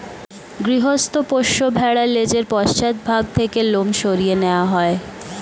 গৃহস্থ পোষ্য ভেড়ার লেজের পশ্চাৎ ভাগ থেকে লোম সরিয়ে নেওয়া হয়